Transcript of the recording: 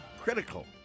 critical